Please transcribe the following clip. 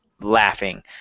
laughing